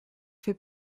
fait